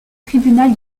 tribunal